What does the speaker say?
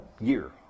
year